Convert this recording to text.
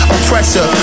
Oppressor